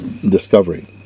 discovery